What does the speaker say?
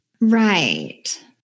Right